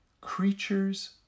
creatures